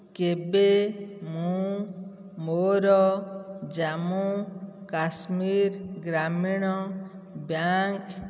କେବେ ମୁଁ ମୋର ଜାମ୍ମୁ କାଶ୍ମୀର ଗ୍ରାମୀଣ ବ୍ୟାଙ୍କ୍